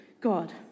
God